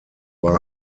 war